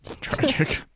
Tragic